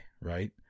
right